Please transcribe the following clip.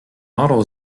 model